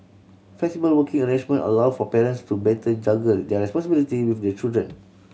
flexible working arrangement allowed for parents to better juggle their responsibility with their children